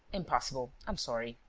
impossible. i'm sorry.